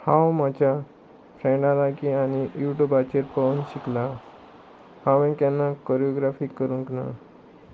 हांव म्हज्या फ्रेंडा लागीं आनी यू ट्युबाचेर पळोवन शिकलां हांवें केन्ना कोरियोग्राफी करूंक ना